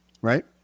Right